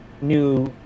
new